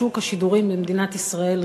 שוק השידורים במדינת ישראל.